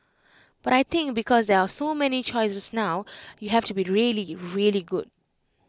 but I think because there are so many choices now you have to be really really good